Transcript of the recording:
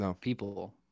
people